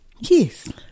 Yes